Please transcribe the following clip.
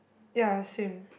ya same